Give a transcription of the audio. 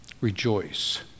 Rejoice